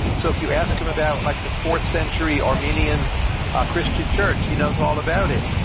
so if you ask him about like the fourth century armenian ah christian church, he knows all about it.